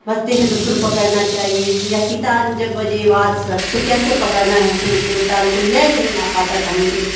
بجتے ہیں تو سر پکڑنا چاہیے یا ستار جب بجے واد سب تو کیسے پکڑنا ہے سر کو تال کو لے نہیں آ پاتا تھا مجھے